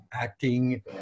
acting